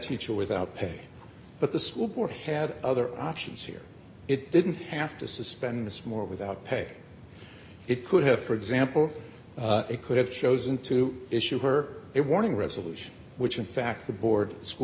teacher without pay but the school board had other options here it didn't have to suspend this more without pay it could have for example they could have chosen to issue her it warning resolution which in fact the board school